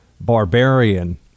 barbarian